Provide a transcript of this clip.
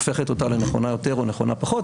הופכת אותה לנכונה יותר או נכונה פחות,